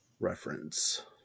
reference